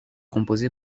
composée